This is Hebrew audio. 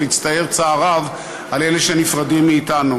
ולהצטער צער רב על אלה שנפרדים מאתנו.